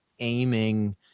aiming